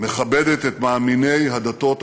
מכבדת את מאמיני הדתות השונות.